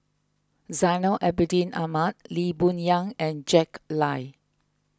Zainal Abidin Ahmad Lee Boon Yang and Jack Lai